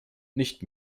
nicht